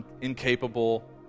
incapable